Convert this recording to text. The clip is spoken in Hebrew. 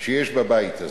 שיש בבית הזה.